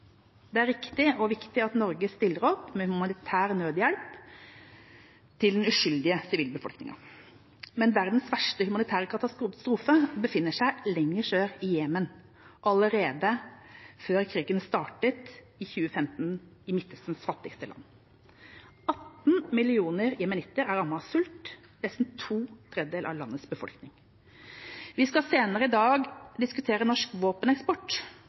Det er riktig og viktig at Norge stiller opp med humanitær nødhjelp til den uskyldige sivilbefolkningen. Men verdens verste humanitære katastrofe befinner seg lenger sør, i Jemen – allerede før krigen startet i 2015 i Midtøstens fattigste land. 18 millioner jemenitter er rammet av sult, nesten to tredjedeler av landets befolkning. Vi skal senere i dag diskutere norsk våpeneksport,